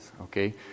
okay